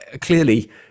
clearly